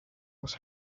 was